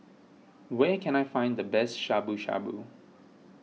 where can I find the best Shabu Shabu